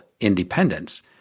independence